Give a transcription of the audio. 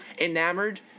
enamored